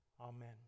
Amen